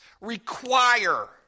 require